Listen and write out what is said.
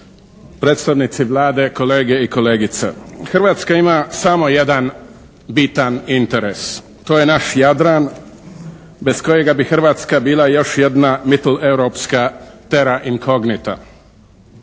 Hrvatska ima samo jedan bitan interes, to je naš Jadran bez kojeg mi Hrvatska bila još jedna mitleurkopska terra incognita.